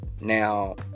now